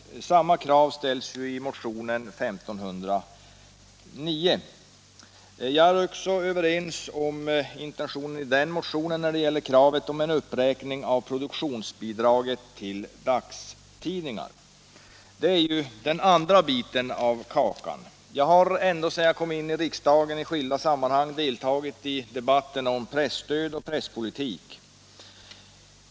Samma krav ställs i motionen 1509. Jag instämmer i motionskravet på en uppräkning av produktionsbidraget till dagstidningar. Det är ju den andra biten av kakan. Ända sedan jag kom in i riksdagen har jag i skilda sammanhang deltagit i debatter om presstöd och presspolitik.